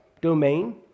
domain